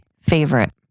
favorite